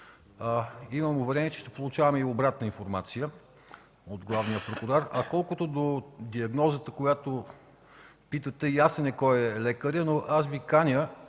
Имам уверение, че ще получавам и обратна информация от главния прокурор. Колкото до диагнозата, когато питате, ясно е кой е лекарят. Вие